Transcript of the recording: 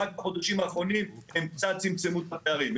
רק בחודשים האחרונים הם קצת צמצמו את הפערים.